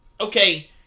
okay